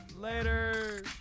Later